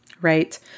right